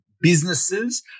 businesses